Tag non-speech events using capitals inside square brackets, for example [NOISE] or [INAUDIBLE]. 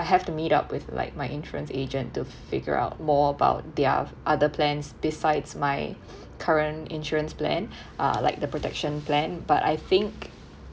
I have to meet up with like my insurance agent to figure out more about their f~ other plans besides my [BREATH] current insurance plan uh like the protection plan but I think